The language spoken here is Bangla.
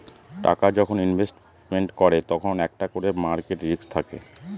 টাকা যখন ইনভেস্টমেন্ট করে তখন একটা করে মার্কেট রিস্ক থাকে